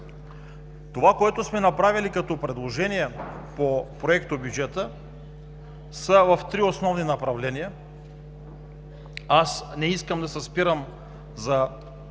Това, което сме направили като предложения по проектобюджета, е в три основни направления. Аз не искам да се спирам за